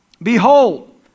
Behold